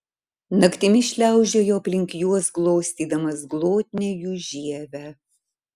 naktimis šliaužiojo aplink juos glostydamas glotnią jų žievę